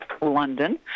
London